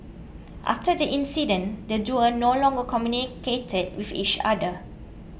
after the incident the duo no longer communicated with each other